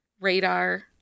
radar